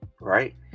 right